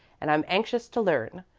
and i'm anxious to learn.